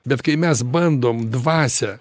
bet kai mes bandom dvasią